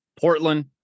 Portland